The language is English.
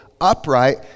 upright